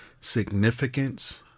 significance